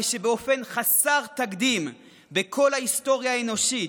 כשבאופן חסר תקדים בכל ההיסטוריה האנושית,